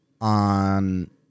On